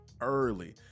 early